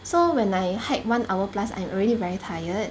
so when I hike one hour plus I'm already very tired